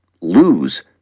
lose